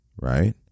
right